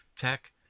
tech